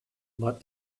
but